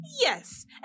Yes